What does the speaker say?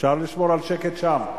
אפשר לשמור על שקט שם?